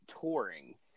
touring